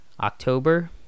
october